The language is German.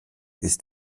ist